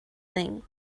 thing